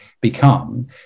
become